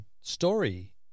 story